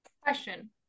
Question